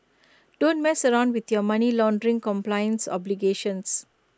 don't mess around with your money laundering compliance obligations